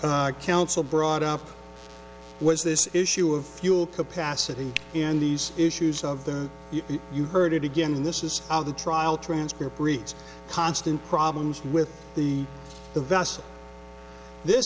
council brought up was this issue of fuel capacity and these issues of the you heard it again this is how the trial transcript reads constant problems with the th